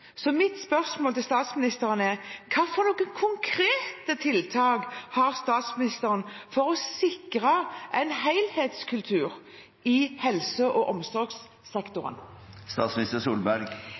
Mitt spørsmål til statsministeren er: Hvilke konkrete tiltak har statsministeren for å sikre en helhetskultur i helse- og